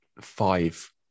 five